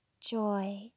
Joy